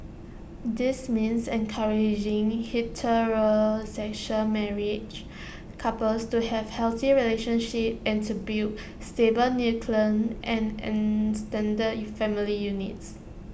this means encouraging heterosexual married couples to have healthy relationships and to build stable nuclear and extended family units